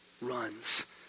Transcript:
runs